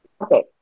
Okay